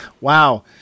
Wow